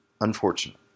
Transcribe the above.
unfortunate